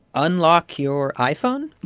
unlock your iphone,